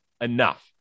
enough